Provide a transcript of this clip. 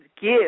give